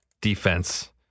defense